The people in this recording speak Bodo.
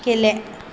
गेले